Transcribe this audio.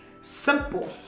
simple